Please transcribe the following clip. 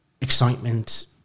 excitement